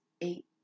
eight